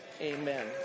Amen